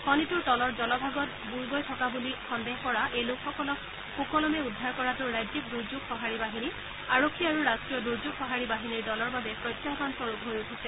খনিটোৰ তলৰ জলভাগত বুৰ গৈ থকা বুলি সন্দেহ কৰা এই লোকসকলক সুকলমে উদ্ধাৰ কৰাটো ৰাজ্যিক দুৰ্যোগ সঁহাৰি বাহিনী আৰক্ষী আৰু ৰাষ্ট্ৰীয় দুৰ্যোগ সঁহাৰি বাহিনীৰ দলৰ বাবে প্ৰত্যাহানস্বৰূপ হৈ উঠিছে